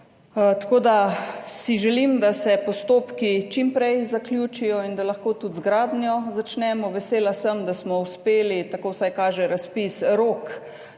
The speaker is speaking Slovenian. Tako da si želim, da se postopki čim prej zaključijo in da lahko začnemo tudi z gradnjo. Vesela sem, da smo uspeli, tako vsaj kaže razpis, rok